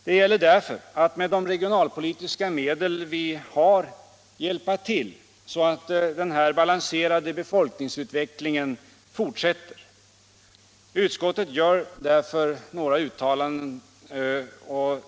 Det gäller därför att med de regionalpolitiska medel vi har hjälpa till så att den här balanserade befolkningsutvecklingen fortsätter. Utskottet gör därför några uttalanden.